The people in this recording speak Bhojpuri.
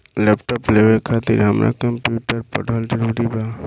लैपटाप लेवे खातिर हमरा कम्प्युटर पढ़ल जरूरी बा?